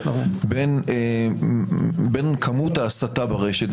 בין כמות ההסתה ברשת,